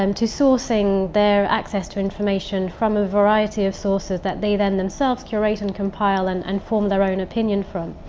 um to sourcing their access to information from a variety of sources that. they then themselves curate and compile and and form their own opinion from.